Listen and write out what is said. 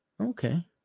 Okay